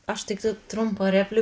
aš tiktai trumpą repli